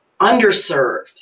underserved